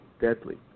deadly